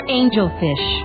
angelfish